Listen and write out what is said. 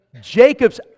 Jacob's